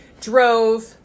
drove